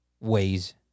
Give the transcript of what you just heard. Ways